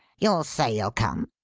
you'll say you'll come?